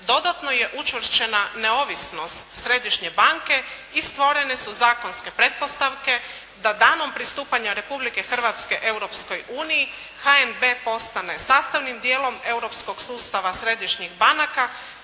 dodatno je učvršćena neovisnost Središnje banke i stvorene su zakonske pretpostavke da danom pristupanja Republike Hrvatske HNB postane sastavnim dijelom europskog sustava europskih banaka